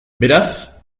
beraz